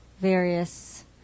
various